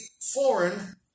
foreign